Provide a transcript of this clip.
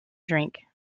drink